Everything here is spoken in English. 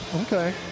okay